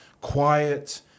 quiet